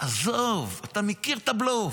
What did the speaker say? עזוב, אתה מכיר את הבלוף.